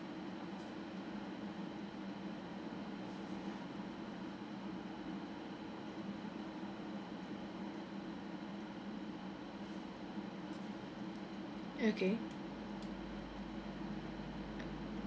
okay